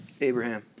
Abraham